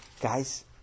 Guys